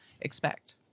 expect